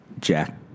Jack